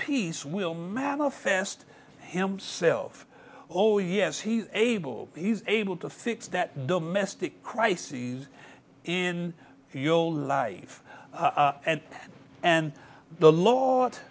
peace will manifest himself oh yes he is able he's able to fix that domestic crisis in your life and the lord